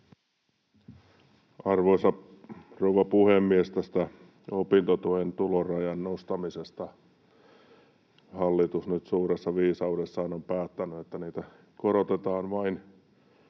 Arvoisa rouva puhemies! Tästä opintotuen tulorajojen nostamisesta. Hallitus nyt suuressa viisaudessaan on päättänyt, että niitä korotetaan vain